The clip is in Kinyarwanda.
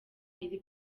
iri